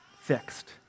fixed